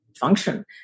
function